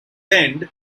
end